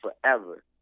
forever